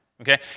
okay